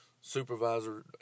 supervisor